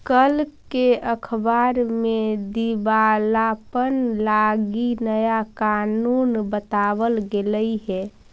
कल के अखबार में दिवालापन लागी नया कानून बताबल गेलई हे